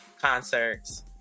concerts